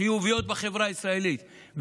חיוביות בחברה הישראלית,